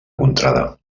contrada